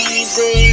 Easy